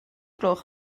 gloch